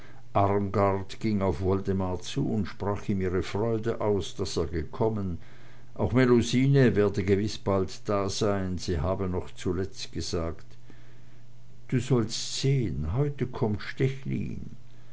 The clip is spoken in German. ging auf woldemar zu und sprach ihm ihre freude aus daß er gekommen auch melusine werde gewiß bald dasein sie habe noch zuletzt gesagt du sollst sehen heute kommt